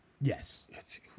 Yes